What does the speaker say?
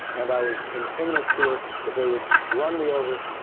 and was in imminent fear that they would run me over,